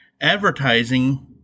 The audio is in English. Advertising